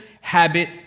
habit